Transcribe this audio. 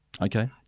Okay